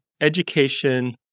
education